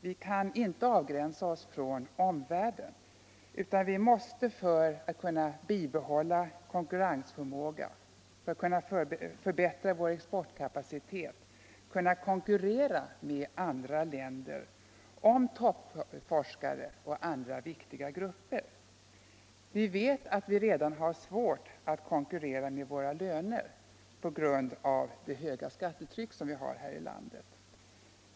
Vi kan inte avgränsa oss från omvärlden utan måste, för att bibehålla vår konkurrensförmåga och förbättra vår exportkapacitet, kunna konkurrera med andra länder om toppforskare och andra viktiga grupper. Vi vet att vi redan har svårt att kunna konkurrera med lönerna på grund av det höga skattetryck som vi har här i landet.